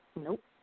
Nope